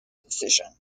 decision